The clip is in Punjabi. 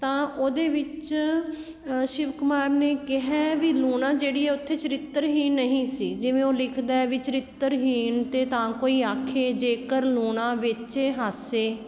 ਤਾਂ ਉਹਦੇ ਵਿੱਚ ਸ਼ਿਵ ਕੁਮਾਰ ਨੇ ਕਿਹਾ ਵੀ ਲੂਣਾ ਜਿਹੜੀ ਹੈ ਉੱਥੇ ਚਰਿੱਤਰਹੀਣ ਨਹੀਂ ਸੀ ਜਿਵੇਂ ਉਹ ਲਿਖਦਾ ਵੀ ਚਰਿੱਤਰਹੀਣ ਤੇ ਤਾਂ ਕੋਈ ਆਖੇ ਜੇਕਰ ਲੂਣਾ ਵਿੱਚ ਹਾਸੇ